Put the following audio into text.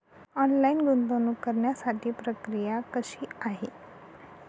Online गुंतवणूक करण्यासाठी प्रक्रिया कशी आहे?